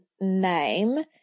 name